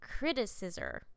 criticizer